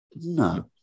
No